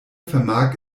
vermag